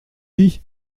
lit